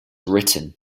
written